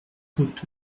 route